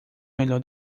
melhor